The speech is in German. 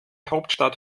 hauptstadt